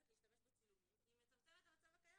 להשתמש בצילומים היא מצמצמת את המצב הקיים,